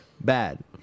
bad